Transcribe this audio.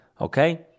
Okay